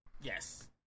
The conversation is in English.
Yes